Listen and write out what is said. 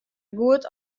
goed